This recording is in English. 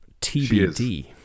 TBD